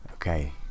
Okay